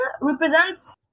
represents